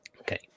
Okay